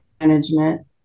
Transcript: management